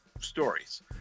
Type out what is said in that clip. stories